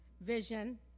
vision